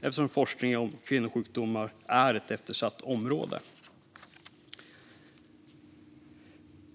eftersom forskning om kvinnosjukdomar är ett eftersatt område.